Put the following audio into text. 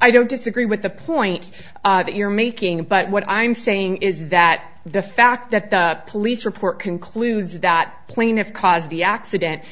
i don't disagree with the point that you're making but what i'm saying is that the fact that the police report concludes that plaintiffs caused the accident